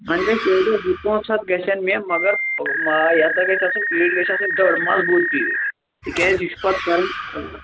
وۅنۍ گٔژھۍ پیٹیٚس زٕ پانٛژھ ہَتھ گژھَن مےٚ مگر یہِ ہسا گژھِ آسٕنۍ پیٖٹۍ گژھِ آسٕنۍ دٔر مضبوٗط پییٚٹۍ تِکیٛازِ یہِ چھُ پَتہٕ بَرٕنۍ